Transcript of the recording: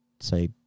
say